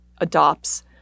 adopts